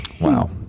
Wow